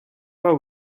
are